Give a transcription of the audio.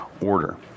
order